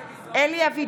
(קוראת בשמות חברי הכנסת) אלי אבידר,